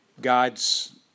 god's